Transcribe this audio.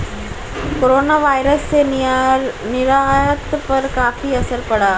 coronavirus से निर्यात पर काफी असर पड़ा